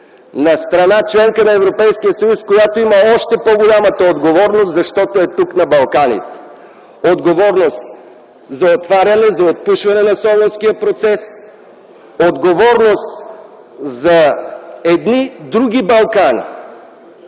на страна – членка на Европейския съюз, която има още по-голямата отговорност, защото е тук, на Балканите; отговорност за отваряне, за отпушване на Солунския процес; отговорност за едни други Балкани